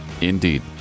indeed